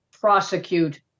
prosecute